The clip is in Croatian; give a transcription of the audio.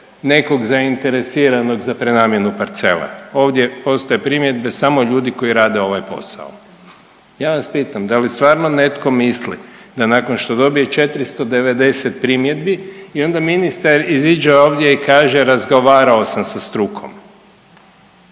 nekog zainteresiranog za prenamjenu parcele. Ovdje postoje primjedbe samo ljudi koji rade ovaj posao. Ja vas pitam da li stvarno netko misli da nakon što dobije 490 primjedbi i onda ministar iziđe ovdje i kaže razgovarao sam sa strukom.